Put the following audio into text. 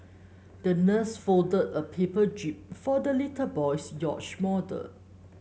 the nurse folded a paper jib for the little boy's yacht model